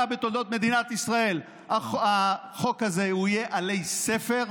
בתולדות מדינת ישראל החוק הזה יהיה עלי ספר,